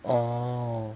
oh